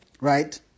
Right